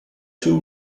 two